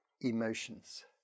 emotions